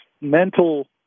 mental